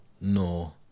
No